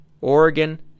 Oregon